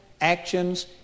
actions